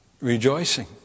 rejoicing